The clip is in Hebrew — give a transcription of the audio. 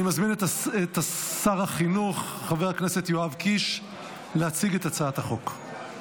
אני מזמין את שר החינוך חבר הכנסת יואב קיש להציג את הצעת החוק.